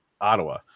Ottawa